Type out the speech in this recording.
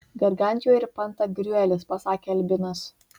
gargantiua ir pantagriuelis pasakė albinas